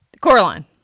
Coraline